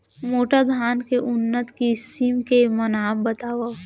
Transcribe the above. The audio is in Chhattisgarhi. मोटा धान के उन्नत किसिम के नाम बतावव?